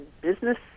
business